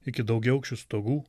iki daugiaaukščių stogų